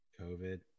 COVID